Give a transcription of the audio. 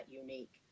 unique